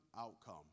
outcome